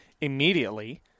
immediately